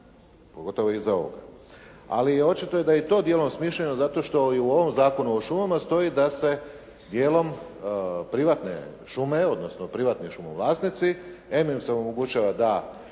pogotovo iza ovoga ali očito da je i to djelom smišljeno zato što i u ovom Zakonu o šumama stoji da se djelom privatne šume odnosno privatni šumovlasnici omogućava im